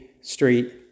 street